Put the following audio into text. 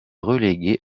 relégué